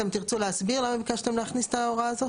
אתם תרצו להסביר למה ביקשתם להסביר את ההוראה הזאת?